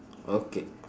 okay